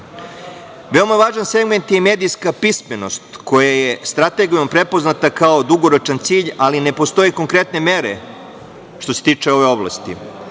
važan segment je medijska pismenost koje je strategijom prepoznata kao dugoročan cilj, ali ne postoje konkretne mere što se tiče ove oblasti.